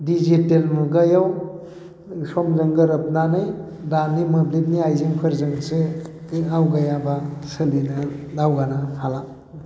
digital मुगायाव समजों गोरोबनानै दानि मोब्लिबनि आइजेंफोरजोंसो आवगायाबा सोलिनो दावगानो हाला